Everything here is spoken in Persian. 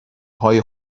های